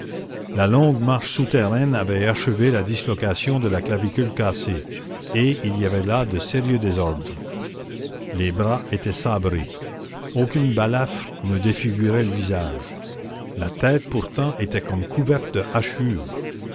la longue marche souterraine avait achevé la dislocation de la clavicule cassée et il y avait là de sérieux désordres les bras étaient sabrés aucune balafre ne défigurait le visage la tête pourtant était comme couverte de hachures